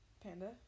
panda